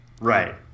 Right